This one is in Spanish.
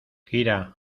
gira